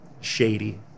shady